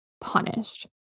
punished